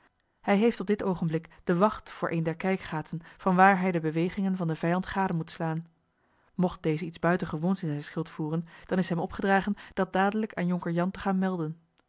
hij heeft op dit oogenblik de wacht voor een der kijkgaten vanwaar hij de bewegingen van den vijand gade moet slaan mocht deze iets buitengewoons in zijn schild voeren dan is hem opgedragen dat dadelijk aan jonker jan te gaan melden